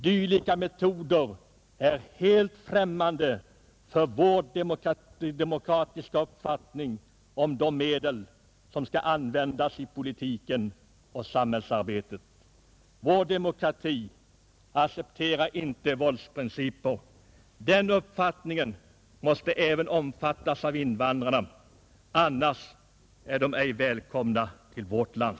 Dylika metoder är helt främmande för vår demokratiska uppfattning om de medel som skall användas i politiken och samhällsarbetet. Vår demokrati accepterar inte våldsprinciper. Den uppfattningen måste även omfattas av invandrarna, annars är de ej välkomna till vårt land.